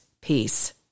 peace